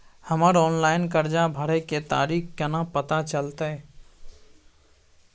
हमर ऑनलाइन कर्जा भरै के तारीख केना पता चलते?